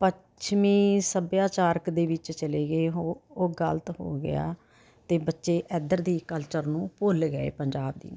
ਪੱਛਮੀ ਸੱਭਿਆਚਾਰਕ ਦੇ ਵਿੱਚ ਚਲੇ ਗਏ ਉਹ ਉਹ ਗਲਤ ਹੋ ਗਿਆ ਅਤੇ ਬੱਚੇ ਇੱਧਰ ਦੇ ਕਲਚਰ ਨੂੰ ਭੁੱਲ ਗਏ ਪੰਜਾਬ ਦੇ ਨੂੰ